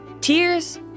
tears